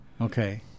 Okay